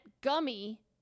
Gummy